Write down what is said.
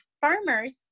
farmers